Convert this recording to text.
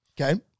Okay